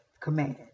command